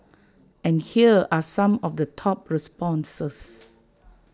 and here are some of the top responses